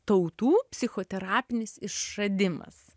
tautų psichoterapinis išradimas